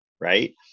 right